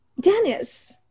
Dennis